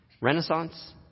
Renaissance